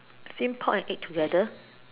steam pork and egg together